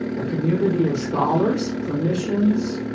a community of scholars, clinicians,